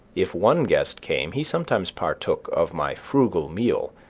if one guest came he sometimes partook of my frugal meal,